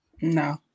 No